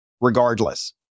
regardless